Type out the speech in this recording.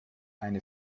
eine